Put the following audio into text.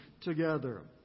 together